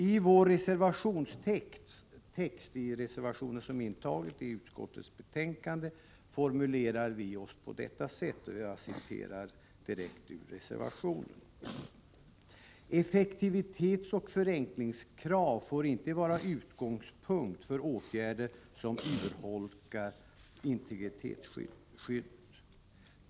I vår reservation till finansutskottets betänkande, som är intagen i betänkandet, formulerar vi oss på detta sätt: ”Effektivitetsoch förenklingskrav får inte vara utgångspunkt för åtgärder som urholkar integritetsskyddet.